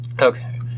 Okay